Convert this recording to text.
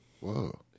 Whoa